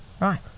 Right